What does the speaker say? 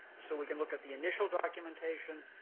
so, we can look at the initial documentation,